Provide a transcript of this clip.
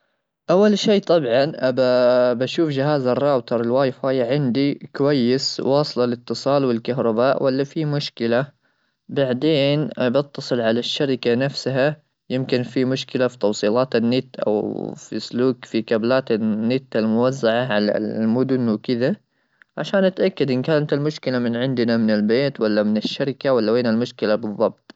اول شيء طبعا ابى اشوف جهاز الراوتر الواي فاي عندي كويس ,واصله الاتصال والكهرباء ولا في مشكله بعدين بتصل على الشركه نفسها يمكن في مشكله في توصيلات النت ,او في سلوك في كابلات النت الموزعه على المدن وكذا عشان اتاكد ان كانت المشكله من عندنا من البيت ولا من الشركه ,ولا وين المشكله بالضبط.